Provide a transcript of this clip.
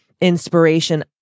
inspiration